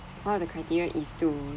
one of the criteria is to